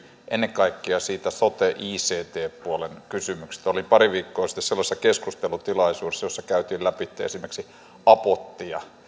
ennen kaikkea siitä sote ict puolen kysymyksestä olin pari viikkoa sitten sellaisessa keskustelutilaisuudessa jossa käytiin läpi esimerkiksi apottia ja siellä